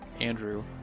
Andrew